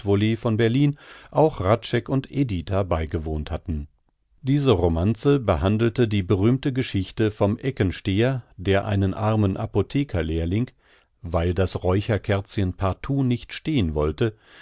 von berlin auch hradscheck und editha beigewohnt hatten diese romanze behandelte die berühmte geschichte vom eckensteher der einen armen apothekerlehrling weil das räucherkerzchen partout nicht stehn wolle